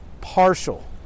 partial